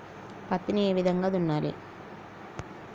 పత్తిని ఏ విధంగా దున్నాలి?